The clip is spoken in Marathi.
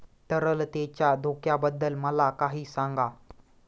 तरलतेच्या धोक्याबद्दल मला काही सांगा